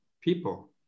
people